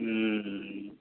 हूँ हूँ